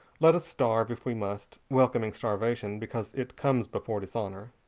let us starve, if we must, welcoming starvation because it comes before dishonor.